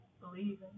believe